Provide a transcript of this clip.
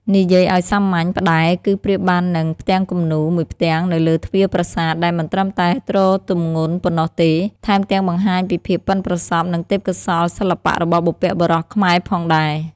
និយាយឱ្យសាមញ្ញ ផ្តែរ គឺប្រៀបបាននឹង "ផ្ទាំងគំនូរ" មួយផ្ទាំងនៅលើទ្វារប្រាសាទ ដែលមិនត្រឹមតែទ្រទម្ងន់ប៉ុណ្ណោះទេ ថែមទាំងបង្ហាញពីភាពប៉ិនប្រសប់ និងទេពកោសល្យសិល្បៈរបស់បុព្វបុរសខ្មែរផងដែរ។